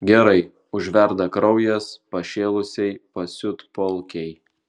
gerai užverda kraujas pašėlusiai pasiutpolkei